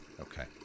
Okay